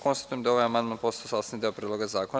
Konstatujem da je ovaj amandman postao sastavni deo Predloga zakona.